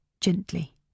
gently